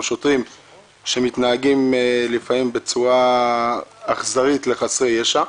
שוטרים שמתנהגים לפעמים בצורה אכזרית כלפי חסרי ישע.